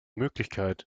möglichkeit